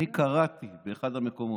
אני קראתי באחד המקומות,